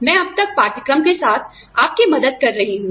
मैं अब तक पाठ्यक्रम के साथ आपकी मदद कर रही हूं